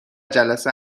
جلسه